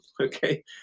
okay